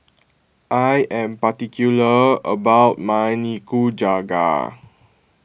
I am particular about my Nikujaga